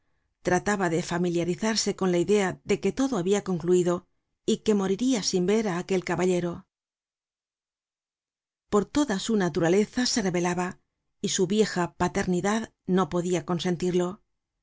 trataba de familiarizarse con la idea de que todo habia concluido y que moriria sin ver á aquel caballero pero toda su naturaleza se rebelaba y su vieja paternidad no podia consentirlo qué